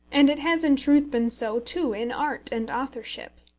and it has in truth been so too in art and authorship.